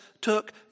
took